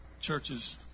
churches